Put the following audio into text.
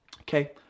okay